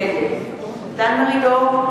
נגד דן מרידור,